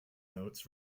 notes